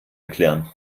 erklären